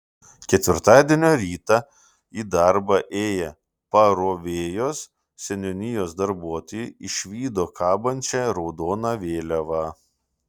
ketvirtadienio rytą į darbą ėję parovėjos seniūnijos darbuotojai išvydo kabančią raudoną vėliavą